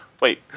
Wait